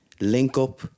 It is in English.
link-up